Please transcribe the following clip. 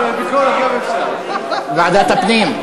ועדת הפנים.